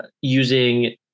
using